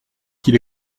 qu’il